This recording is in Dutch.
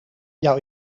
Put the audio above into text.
jouw